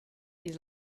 these